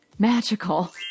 magical